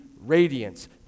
radiance